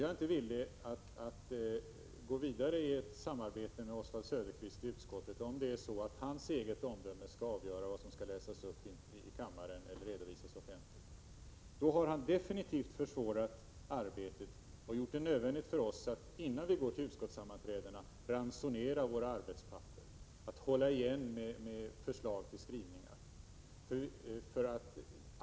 Jag är inte villig att gå vidare i ett samarbete med Oswald Söderqvist i utskottet om hans eget omdöme skall avgöra vad som skall läsas upp i kammaren eller redovisas offentligt. Då har han definitivt försvårat arbetet och gjort det nödvändigt för oss att, innan vi går till utskottssammanträden, ransonera våra arbetspapper och hålla igen med förslag till skrivningar.